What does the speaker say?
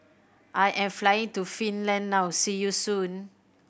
I am flying to Finland now see you soon